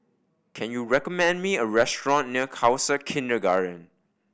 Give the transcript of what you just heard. can you recommend me a restaurant near Khalsa Kindergarten